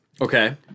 Okay